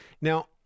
now